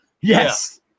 Yes